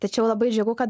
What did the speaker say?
tačiau labai džiugu kad